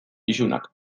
isunak